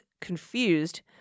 confused